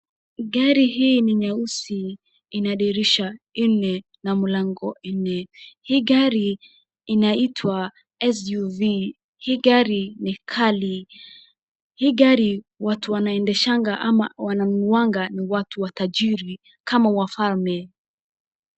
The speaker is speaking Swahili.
Gari hii ni nyeusi ina dirisha nne na mlango nne. Hii gari inaitwa SUV. Hii gari ni kali. Hii gari watu wanaendeshaga ama wananunuaga ni watu watajiri kama wafalme.